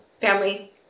family